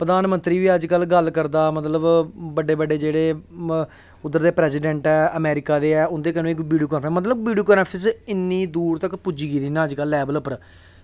प्रधानमंत्री बी गल्ल करदा अज्ज कल मतलव बड्डे बड्डे जेह्ड़े बड्डे बड्डे प्रैजिडैंट ऐ अमैरिका दे ऐं मतलव वीडियो कांफ्रैंसिंग एड्डे दूर तक पुज्जी गेदी ना लैवल उप्पर